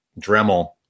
Dremel